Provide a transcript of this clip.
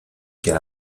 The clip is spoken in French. qu’à